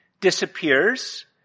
disappears